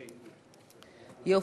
יופי.